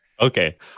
Okay